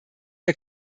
der